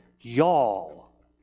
y'all